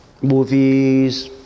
movies